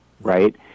right